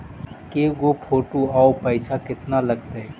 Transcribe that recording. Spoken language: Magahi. के गो फोटो औ पैसा केतना लगतै?